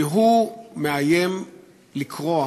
כי הוא מאיים לקרוע